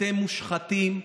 אתם מושחתים.